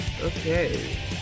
Okay